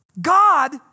God